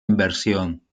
inversión